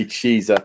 Cheese